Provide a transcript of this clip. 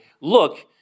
look